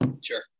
Sure